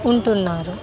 ఉంటున్నారు